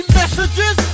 messages